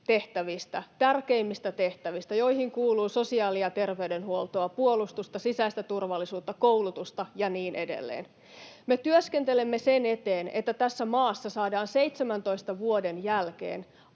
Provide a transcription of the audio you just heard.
perustehtävistä, tärkeimmistä tehtävistä, joihin kuuluu sosiaali- ja terveydenhuoltoa, puolustusta, sisäistä turvallisuutta, koulutusta ja niin edelleen. Me työskentelemme sen eteen, että tässä maassa saadaan 17 vuoden jälkeen